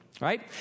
right